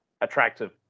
attractive